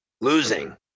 losing